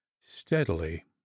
steadily